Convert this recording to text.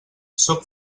sóc